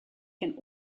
can